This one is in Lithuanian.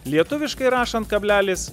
lietuviškai rašant kablelis